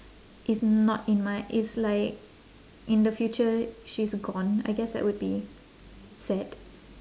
is not in my it's like in the future she's gone I guess that would be sad